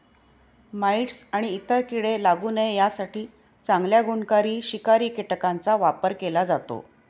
mites आणि इतर कीडे लागू नये यासाठी चांगल्या गुणकारी शिकारी कीटकांचा वापर केला जातो